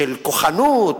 של כוחנות.